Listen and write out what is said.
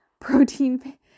protein